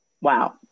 Wow